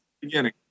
Beginning